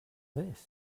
this